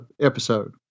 episode